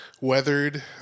weathered